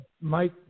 Mike